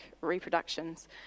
reproductions